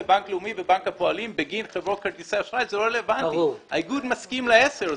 בסופו של דבר לאמון הציבור כי הם אלה שבסוף מפקידים שם את